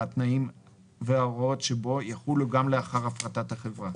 התנאים וההוראות שבו יחולו גם לאחר הפרטת החברה.